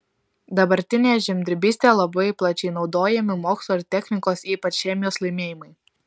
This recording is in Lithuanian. dabartinėje žemdirbystėje labai plačiai naudojami mokslo ir technikos ypač chemijos laimėjimai